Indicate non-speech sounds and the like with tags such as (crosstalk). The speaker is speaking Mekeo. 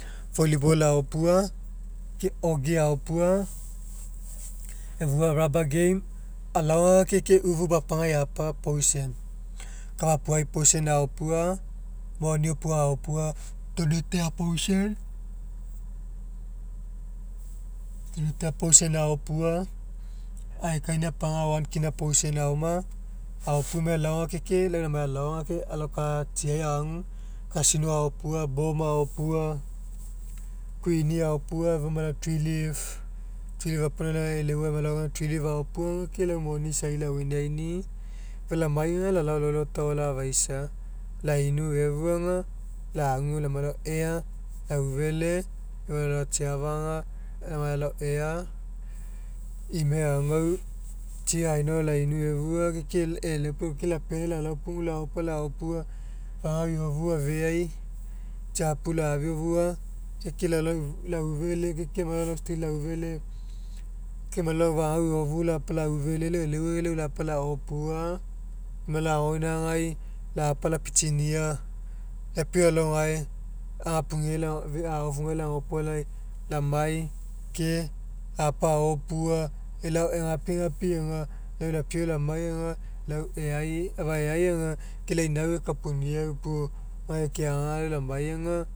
Volleyball aopua ke ogi aopua efua rubber game alao aga ke, ke ufu papagai apa poison kafapuai poison aopua moni opuaga aopua twenty toea poison, twenty toea poison aopua aekainia apaga one kina poison aoma aopua emai elao aga ke alao katsiai agu kasino aopua bomb aopua queeni aopua efua emai elao three leave (unintelligible) e'eleuai amai alao three leave aopua aga lau moni isai la'win'iniaini'i efua lamai aga lalao loliota lafaisa lainu efua aga lamai lalao ea imega eaguau tsi gaina ao lainu efua ke ke e'eleuai puo lapealai lalao laopua fagau eofu afegai tsiapu lafiofua ke, ke lalao ifou laufele ke ke lamai lalao still laufele ke emai lalao fagau eofu lapa laufele lau e'eleuai aga lapa laopua emai elao agoainagai lapa lapitsinia apiau alao gae agapugeai la ofugai lagopolai lamai ke ap aopua elao egapigapi aga lau lapiau lamai aga lau e'ai aga ke lau ina ekapuniau puo gae keagaga lamai aga